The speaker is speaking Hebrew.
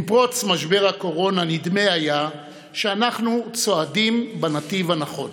עם פרוץ משבר הקורונה נדמה היה שאנחנו צועדים בנתיב הנכון.